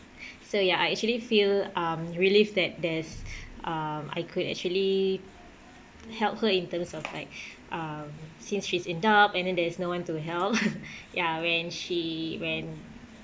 so ya I actually feel um relieved that there's um I could actually help her in terms of like um since she's in doubt and there is no one to help ya when she when